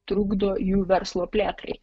trukdo jų verslo plėtrai